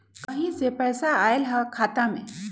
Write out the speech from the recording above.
कहीं से पैसा आएल हैं खाता में?